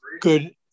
good